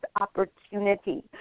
opportunity